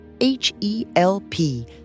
H-E-L-P